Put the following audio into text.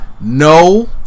No